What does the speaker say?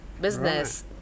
business